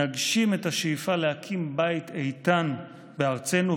נגשים את השאיפה להקים בית איתן בארצנו,